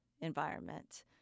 environment